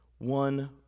One